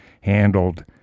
handled